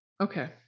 Okay